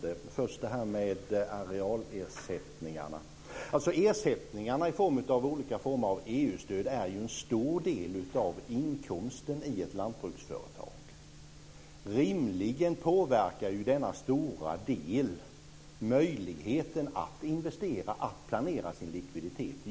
Först vill jag ta upp det här med arealersättningarna. Ersättningarna i form av olika former av EU-stöd är ju en stor del av inkomsten i ett lantbruksföretag. Rimligen påverkar ju denna stora del möjligheten att investera och att planera sin likviditet.